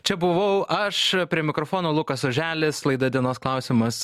čia buvau aš prie mikrofono lukas oželis laida dienos klausimas